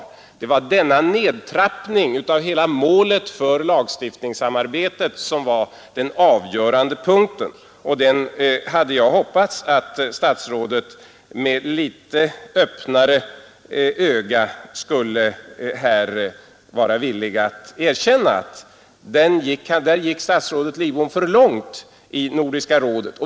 Det var denna nedtrappning av målet för lagstiftningssamarbetet som var den avgörande punkten, och jag hade hoppats att statsrådet med litet öppnare öga här skulle vara villig att erkänna att därvidlag gick statsrådet för långt i Nordiska rådet.